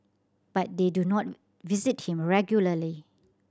but they do not visit him regularly